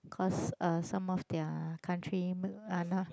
cause uh some of their country milk are not